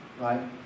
right